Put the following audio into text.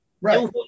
Right